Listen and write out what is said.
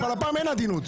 אבל הפעם אין עדינות.